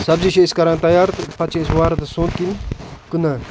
سبزی چھِ أسۍ کَران تیار تہٕ پَتہٕ چھِ أسۍ وہراتَس سونٛتھٕ کِنۍ کٕنان